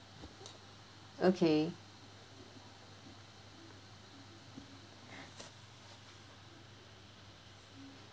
okay